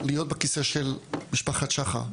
להיות בכיסא של משפחת שחר.